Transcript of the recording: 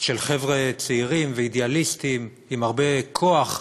של חבר'ה צעירים ואידיאליסטים, עם הרבה כוח,